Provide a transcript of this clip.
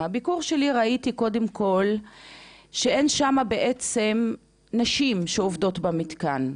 מהביקור שלי ראיתי קודם כל שאין שם בעצם נשים שעובדות במתקן.